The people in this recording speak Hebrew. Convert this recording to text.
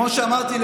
כמו שאמרתי,